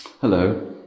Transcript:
hello